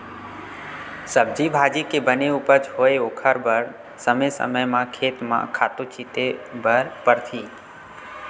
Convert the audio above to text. सब्जी भाजी के बने उपज होवय ओखर बर समे समे म खेत म खातू छिते बर परही